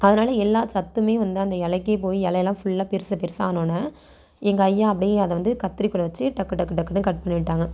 அதனால் எல்லா சத்துமே வந்து அந்த இலைக்கே போய் இலையிலாம் ஃபுல்லா பெருசு பெருசாக ஆனவுடன எங்கள் ஐயா அப்படியே அதைவந்து கத்திரிக்கோலை வச்சு டக்கு டக்கு டக்குனு கட் பண்ணிட்டாங்க